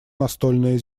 настольное